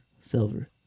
Silver